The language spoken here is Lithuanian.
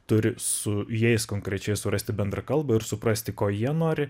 turi su jais konkrečiai surasti bendrą kalbą ir suprasti ko jie nori